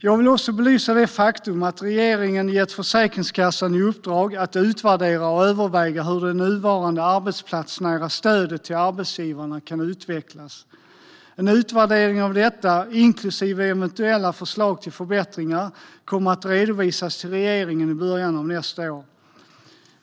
Jag vill också belysa det faktum att regeringen gett Försäkringskassan i uppdrag att utvärdera och överväga hur det nuvarande arbetsplatsnära stödet till arbetsgivarna kan utvecklas. En utvärdering av detta, inklusive eventuella förslag till förbättringar, kommer att redovisas till regeringen i början av nästa år.